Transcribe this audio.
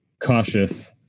cautious